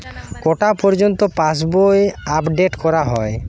কটা পযর্ন্ত পাশবই আপ ডেট করা হয়?